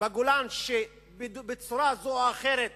בגולן שבצורה זו או אחרת